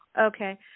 Okay